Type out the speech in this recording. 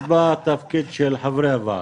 אז בא התפקיד של חברי הוועדה.